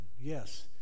yes